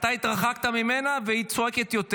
אתה התרחקת ממנה והיא צועקת יותר.